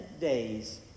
days